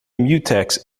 mutex